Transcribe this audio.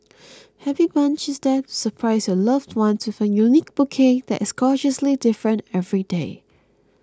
Happy Bunch is there to surprise your loved one with a unique bouquet that is gorgeously different every day